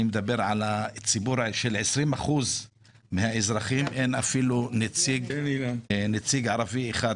אני מדבר על הציבור של-20% מהאזרחים אין אפילו נציג ערבי אחד,